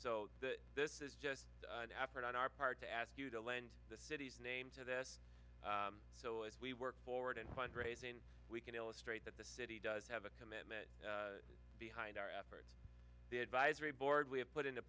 so this is just an effort on our part to ask you to lend the city's name to this so as we work forward in fundraising we can illustrate that the city does have a commitment behind our efforts the advisory board we have put into